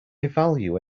value